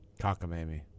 cockamamie